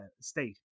state